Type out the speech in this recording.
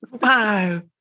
Wow